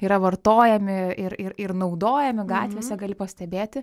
yra vartojami ir ir ir naudojami gatvėse gali pastebėti